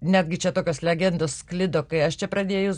netgi čia tokios legendos sklido kai aš čia pradėjus